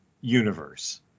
universe